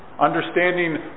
Understanding